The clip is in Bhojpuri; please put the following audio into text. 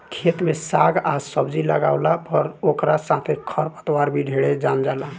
खेत में साग आ सब्जी लागावला पर ओकरा साथे खर पतवार भी ढेरे जाम जाला